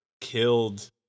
killed